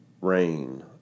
rain